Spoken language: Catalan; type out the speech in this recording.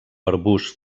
arbust